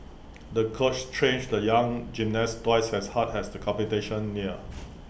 the coach trained the young gymnast twice as hard as the competition neared